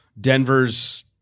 Denver's